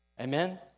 Amen